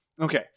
Okay